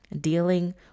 dealing